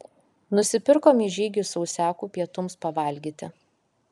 nusipirkom į žygį sausiakų pietums pavalgyti